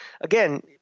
again